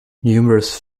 numerous